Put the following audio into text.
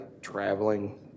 traveling